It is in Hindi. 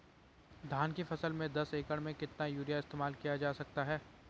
धान की फसल में दस एकड़ में कितना यूरिया इस्तेमाल किया जा सकता है?